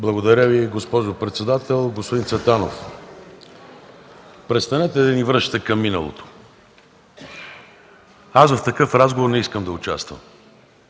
Благодаря Ви, госпожо председател. Господин Цветанов, престанете да ни връщате към миналото. В такъв разговор не искам да участвам.